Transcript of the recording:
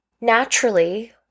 naturally